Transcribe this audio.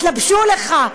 התלבשו עליך,